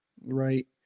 right